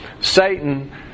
Satan